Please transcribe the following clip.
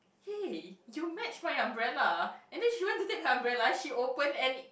!hey! you match my umbrella and then she went to take her umbrella she open and